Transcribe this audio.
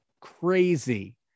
crazy